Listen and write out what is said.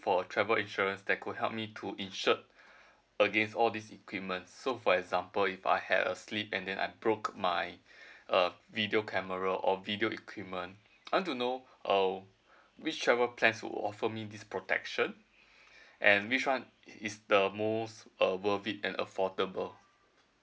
for travel insurance that could help me to insure against all these equipment so for example if I had a sleep and then I broke my uh video camera or video equipment I want to know which travel plans to offer me this protection and which one is is the most uh worth it and affordable